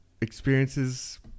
experiences